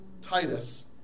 Titus